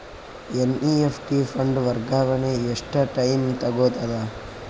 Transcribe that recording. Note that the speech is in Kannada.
ಎನ್.ಇ.ಎಫ್.ಟಿ ಫಂಡ್ ವರ್ಗಾವಣೆ ಎಷ್ಟ ಟೈಮ್ ತೋಗೊತದ?